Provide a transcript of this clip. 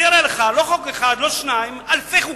אני אראה לך לא חוק אחד, לא שניים, אלפי חוקים,